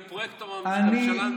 ופרויקטור הממשלה,